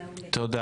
תודה.